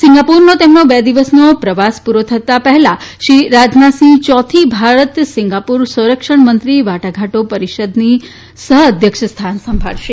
સિંગાપુરનો તેમનો બે દિવસનો પ્રવાસ પુરો કરતાં પહેલા શ્રી રાજનાથસિંહ યોથી ભારત સિંગાપુર સંરક્ષણ મંત્રી વાટાઘાટ પરીષદની સફઅધ્યક્ષ સ્થાન સંભાળશે